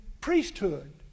priesthood